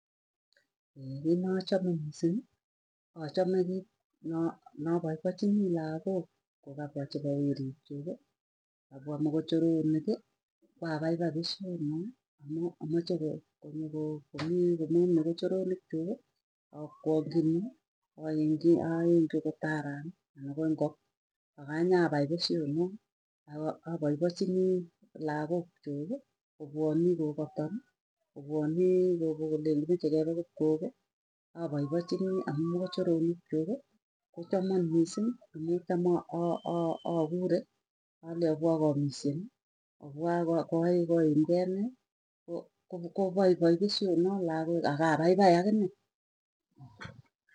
kiit nochome missiing'ii achame noo nopaipachinii lakook, kokapwa chepo werik chuukii kapwa mogochokoronikii koapaipai pesyonoe. Amuu amache koo komii mogochogoronik chuuki akwangchinii aengchi aenchi angot araan anan ko inok akonyapai pesyonoo. Akapaipachinii lakookchukii kopwonii kokatanii kopwanii kopokolen, kimeche kepe kop kogo apaipachinii amuu mogochoronik chuukiikochaman missiing, amuu tamaa aa aa kure alei opwaa kaamisyen opwaa ko koi koimkei nee kopaipai pesyonoo lagoi akapaipai akine.